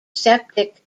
septic